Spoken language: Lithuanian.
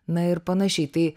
na ir panašiai tai